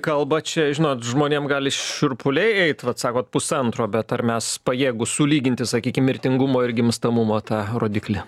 kalba čia žinot žmonėm gali šiurpuliai eiti vat sakot pusantro bet ar mes pajėgūs sulyginti sakykim mirtingumo ir gimstamumo tą rodiklį